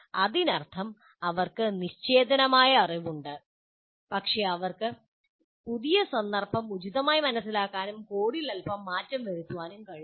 അതിനർത്ഥം അവർക്ക് നിശ്ചേതനമായ അറിവുണ്ട് പക്ഷേ അവർക്ക് പുതിയ സന്ദർഭം ഉചിതമായി മനസിലാക്കാനും കോഡിൽ അല്പം മാറ്റം വരുത്താനും കഴിയില്ല